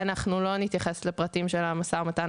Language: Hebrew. אנחנו לא נתייחס לפרטים של המשא ומתן